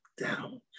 down